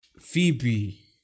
Phoebe